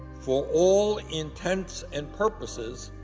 for all intents and purposes,